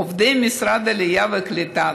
עובדי משרד העלייה והקליטה,